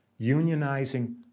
unionizing